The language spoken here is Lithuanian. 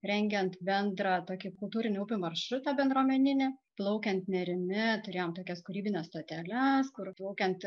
rengiant bendrą tokį kultūrinį upių maršrutą bendruomeninį plaukiant nerimi turėjom tokias kūrybines stoteles kur plaukiant